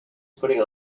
putting